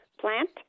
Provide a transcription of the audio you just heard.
plant